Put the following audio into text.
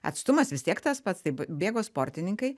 atstumas vis tiek tas pats taip bėgo sportininkai